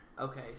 okay